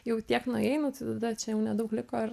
jau tiek nueinu tada čia jau nedaug liko ir